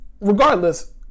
regardless